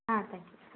ஆ thank you